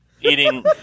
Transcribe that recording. eating